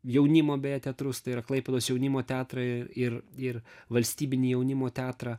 jaunimo beje teatrus tai yra klaipėdos jaunimo teatrą ir ir valstybinį jaunimo teatrą